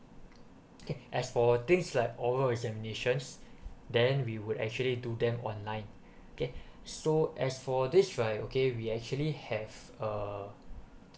okay as for things like oral examinations then we would actually do them online okay so as for this right okay we actually have uh